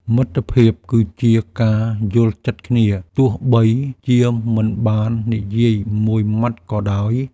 មិត្តភាពគឺជាការយល់ចិត្តគ្នា ទោះបីជាមិនបាននិយាយមួយម៉ាត់ក៏ដោយ។